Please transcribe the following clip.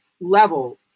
level